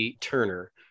Turner